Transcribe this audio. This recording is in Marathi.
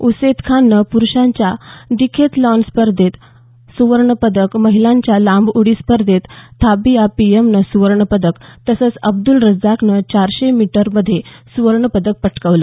उसैद खाननं पुरुषांच्या डीकेथलॉन स्पर्धेत सुवर्ण पदक महिलांच्या लांब उडी स्पर्धेत थाबिया पीएमनं सुवर्ण पदक तसंच अब्दुल रज्जाकनं चारशे मीटर मध्ये सुवर्ण पदक पटकवलं